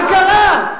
מה קרה?